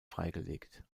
freigelegt